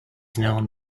known